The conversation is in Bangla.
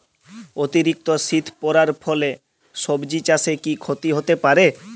অতিরিক্ত শীত পরার ফলে সবজি চাষে কি ক্ষতি হতে পারে?